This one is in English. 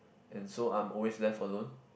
and so I'm always left alone